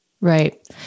Right